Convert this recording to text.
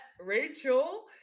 Rachel